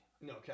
no